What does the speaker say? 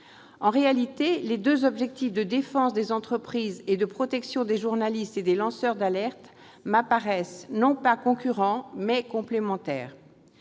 En réalité, les deux objectifs de défense des entreprises et de protection des journalistes et des lanceurs d'alerte m'apparaissent non pas concurrents, mais complémentaires.